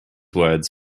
words